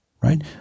right